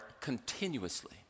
continuously